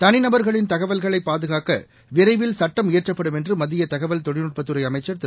தனிநபர்களின் தகவல்களை பாதுகாக்க விரைவில் சட்டம் இயற்றப்படும் என்று மத்திய தகவல் தொழில்நுட்பத் துறை அமைச்சர் திரு